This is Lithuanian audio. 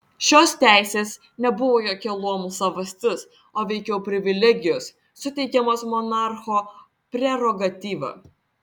šios teisės nebuvo jokia luomų savastis o veikiau privilegijos suteikiamos monarcho prerogatyva